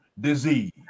disease